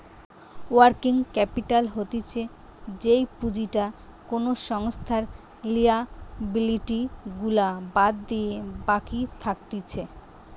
working capital হতিছে যেই পুঁজিটা কোনো সংস্থার লিয়াবিলিটি গুলা বাদ দিলে বাকি থাকতিছে